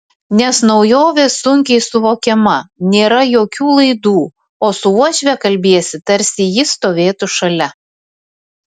nes naujovė sunkiai suvokiama nėra jokių laidų o su uošve kalbiesi tarsi ji stovėtų šalia